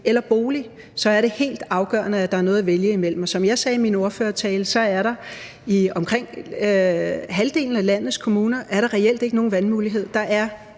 eller bolig, er det helt afgørende, at der er noget at vælge mellem. Som jeg sagde i min ordførertale, er der i omkring halvdelen af landets kommuner reelt ikke nogen valgmulighed. Der er